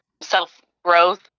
self-growth